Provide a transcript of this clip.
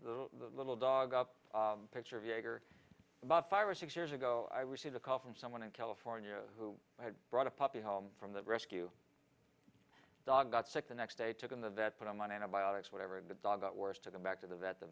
the little dog up picture of jaeger about five or six years ago i received a call from someone in california who had brought a puppy home from the rescue dog got sick the next day took him to that put him on antibiotics whatever and the dog got worse took them back to the vet the